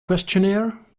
questionnaire